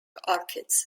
orchids